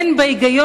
אין בה היגיון.